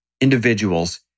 individuals